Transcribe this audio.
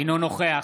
אינו נוכח